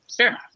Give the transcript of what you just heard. Sure